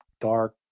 dark